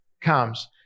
comes